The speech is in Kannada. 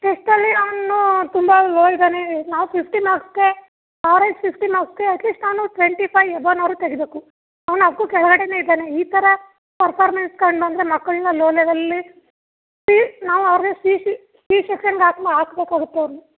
ಟೆಸ್ಟಲ್ಲಿ ಅವನು ತುಂಬ ಲೋ ಇದ್ದಾನೆ ನಾವು ಫಿಫ್ಟಿ ಮಾರ್ಕ್ಸ್ಗೆ ಆವ್ರೇಜ್ ಫಿಫ್ಟಿ ಮಾರ್ಕ್ಸ್ಗೆ ಅಟ್ ಲೀಸ್ಟ್ ಅವನು ಟ್ವೆಂಟಿ ಫೈವ್ ಎಬೋನಾದ್ರೂ ತೆಗಿಬೇಕು ಅವ್ನು ಅದಕ್ಕೂ ಕೆಳ್ಗಡೆಯೇ ಇದ್ದಾನೆ ಈ ಥರ ಪರ್ಫಾರ್ಮೆನ್ಸ್ ಕಂಡುಬಂದ್ರೆ ಮಕ್ಕಳನ್ನ ಲೋ ಲೆವೆಲಲ್ಲಿ ಸಿ ನಾವು ಅವ್ರನ್ನ ಸಿ ಸಿ ಸಿ ಸೆಕ್ಷನ್ಗೆ ಹಾಕ್ ಮ ಹಾಕ್ಬೇಕಾಗತ್ತೆ ಅವ್ರ್ನ